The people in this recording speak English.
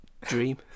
dream